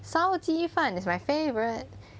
烧鸡饭 is my favourite